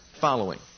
following